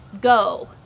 go